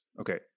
Okay